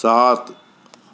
सात